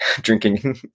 Drinking